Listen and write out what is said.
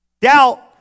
Doubt